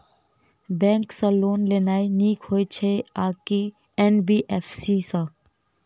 Bank सँ loan लेनाय नीक होइ छै आ की एन.बी.एफ.सी सँ?